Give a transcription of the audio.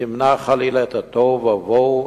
ותמנע את התוהו ובוהו,